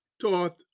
taught